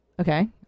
Okay